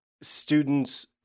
students